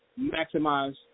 maximize